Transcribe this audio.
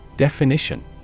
Definition